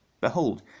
behold